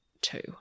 two